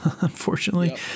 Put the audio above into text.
unfortunately